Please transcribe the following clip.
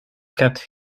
kept